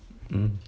mm